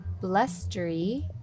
blustery